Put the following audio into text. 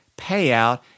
payout